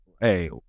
Hey